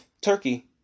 Turkey